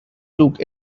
took